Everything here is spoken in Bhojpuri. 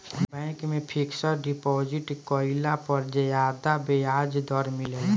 बैंक में फिक्स्ड डिपॉज़िट कईला पर ज्यादा ब्याज दर मिलेला